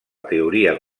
teoria